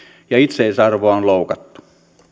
ja itseisarvoa on loukattu